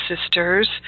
sisters